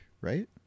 right